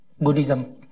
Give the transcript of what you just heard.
Buddhism